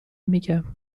میگم